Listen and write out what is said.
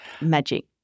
magic